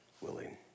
willing